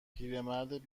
پیرمرد